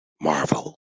marvel